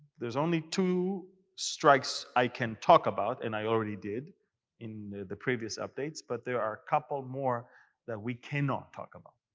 only two strikes i can talk about, and i already did in the previous updates. but there are a couple of more that we can not talk about.